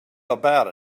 about